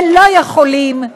ולא יכולים,